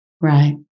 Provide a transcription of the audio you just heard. Right